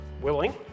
willing